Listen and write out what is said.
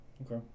Okay